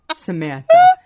Samantha